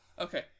Okay